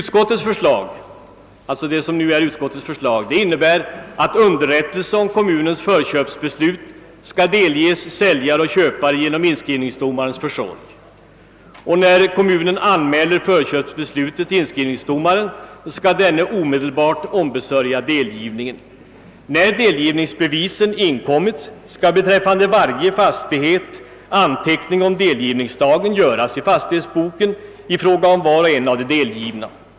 Det som nu har blivit utskottets förslag innebär att underrättelse om kommunens förköpsbeslut skall delges säljare och köpare genom inskrivningsdomarens försorg. När kommunen anmäler förköpsbeslutet till inskrivningsdomaren skall denne omedelbart ombesörja delgivningen. När sedan delgivningsbeviset inkommit skall beträffande varje fastighet anteckning om delgivningsdagen göras i fastighetsboken i fråga om var och en av de delgivna.